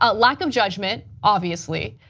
ah lack of judgment obviously.